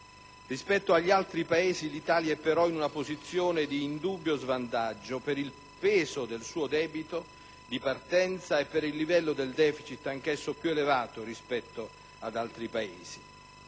Rispetto agli altri Paesi, però, l'Italia è in una posizione di indubbio svantaggio per il peso del suo debito di partenza e per il livello del deficit, anch'esso più elevato rispetto ad altri Paesi.